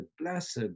blessed